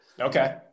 Okay